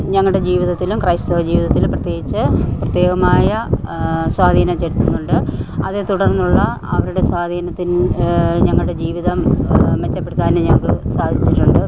ഞങ്ങളുടെ ജീവിതത്തിലും ക്രൈസ്തവ ജീവിതത്തിലും പ്രത്യേകിച്ച് പ്രത്യേകമായ സ്വാധീനം ചെലുത്തുന്നുണ്ട് അതേ തുടർന്നുള്ള അവരുടെ സ്വാധീനത്തിൽ ഞങ്ങളുടെ ജീവിതം മെച്ചപ്പെടുത്താനും ഞങ്ങൾക്ക് സാധിച്ചിട്ടുണ്ട്